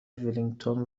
ولینگتون